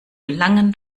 langen